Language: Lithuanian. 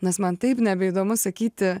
nes man taip nebeįdomu sakyti